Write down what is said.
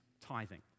tithing